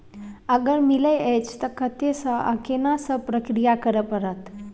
अगर मिलय अछि त कत्ते स आ केना सब प्रक्रिया करय परत?